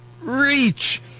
reach